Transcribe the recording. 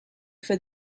for